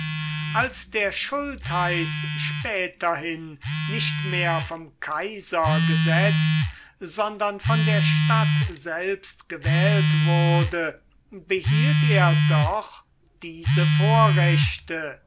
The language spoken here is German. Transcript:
als der schultheiß späterhin nicht mehr vom kaiser gesetzt sondern von der stadt selbst gewählt wurde behielt er doch diese vorrechte